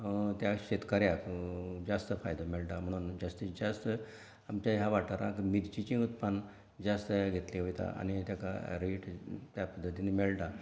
त्या शेतकऱ्याक जास्त फायदो मेळटा म्हणोन जास्तींत जास्त आमचे ह्या वाठारांक मिर्चीचें उत्पन्न जास्त घेतलें वता आनी तेका रेट त्या पध्दतीन मेळटा